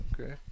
Okay